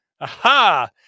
Aha